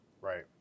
Right